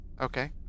Okay